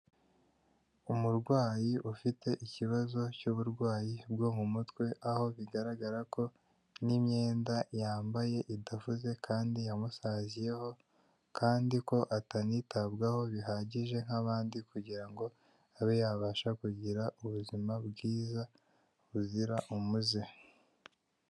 Umurwayi ufite ikibazo cy'uburwayi bwo mu mutwe, aho bigaragara ko n'iyenda yambaye idafuze kandi yamusaziyeho kandi ko atanitabwaho bihagije nk'abandi kugira ngo abe yabasha kugira ubuzima bwiza buzira umuze.